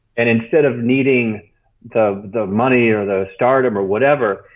and instead of needing the the money or the stardom or whatever,